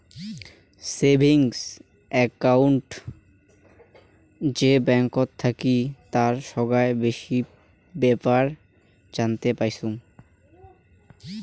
savings account যে ব্যাঙ্কত থাকি তার সোগায় বেপার জানতে পাইচুঙ